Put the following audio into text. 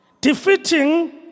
defeating